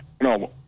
No